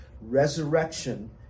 resurrection